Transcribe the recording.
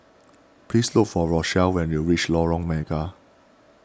please look for Rochelle when you reach Lorong Mega